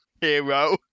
Hero